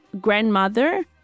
grandmother